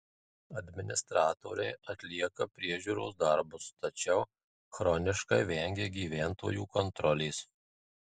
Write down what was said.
administratoriai atlieka priežiūros darbus tačiau chroniškai vengia gyventojų kontrolės